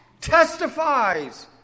testifies